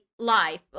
life